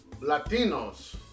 Latinos